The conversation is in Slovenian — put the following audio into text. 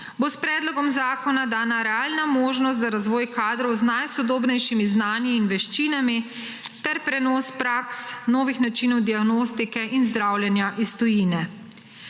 bo s predlogom zakona dana realna možnost za razvoj kadrov z najsodobnejšimi znanji in veščinami ter prenos praks, novih načinov diagnostike in zdravljenja iz tujine.